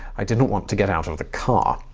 i didn't want to get out of the car.